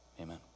amen